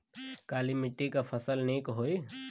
काली मिट्टी क फसल नीक होई?